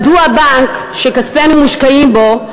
מדוע בנק שכספינו מושקעים בו,